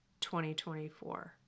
2024